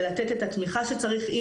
ולתת את התמיכה שצריך,